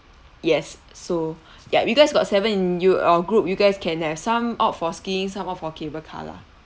yes so ya you guys got seven in you your group you guys can have some opt for skiing some opt for cable car lah